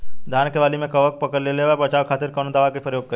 धान के वाली में कवक पकड़ लेले बा बचाव खातिर कोवन दावा के प्रयोग करी?